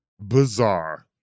bizarre